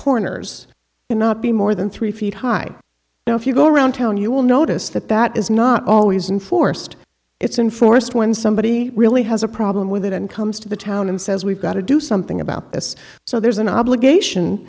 corners and not be more than three feet high now if you go around town you will notice that that is not always unforced it's enforced when somebody really has a problem with it and comes to the town and says we've got to do something about this so there's an obligation